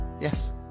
Yes